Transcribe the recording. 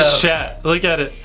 ah chat, look at it.